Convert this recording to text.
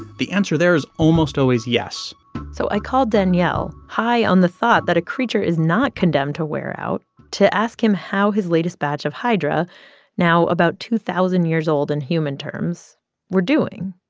the answer there is almost always yes so i called daniel, high on the thought that a creature is not condemned to wear out, to ask him how his latest batch of hydra now about two thousand years old in human terms were doing.